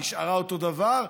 נשארה אותו דבר,